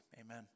Amen